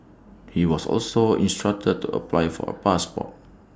he was also instructed to apply for A passport